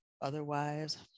otherwise